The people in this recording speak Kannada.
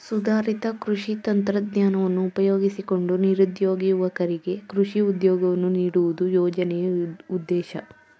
ಸುಧಾರಿತ ಕೃಷಿ ತಂತ್ರಜ್ಞಾನವನ್ನು ಉಪಯೋಗಿಸಿಕೊಂಡು ನಿರುದ್ಯೋಗಿ ಯುವಕರಿಗೆ ಕೃಷಿ ಉದ್ಯೋಗವನ್ನು ನೀಡುವುದು ಯೋಜನೆಯ ಉದ್ದೇಶ